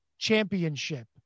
championship